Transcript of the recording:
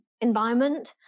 environment